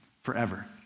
forever